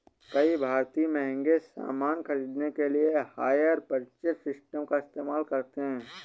कई भारतीय महंगे सामान खरीदने के लिए हायर परचेज सिस्टम का इस्तेमाल करते हैं